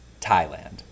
Thailand